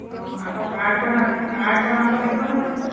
অঁ আকৌ কাৰ্ড বনা কাৰ্ড বনাব লাগিব নহয় হ'বলা